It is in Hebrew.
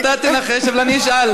אז אתה תנחש, אבל אני אשאל.